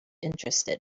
interested